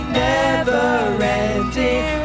never-ending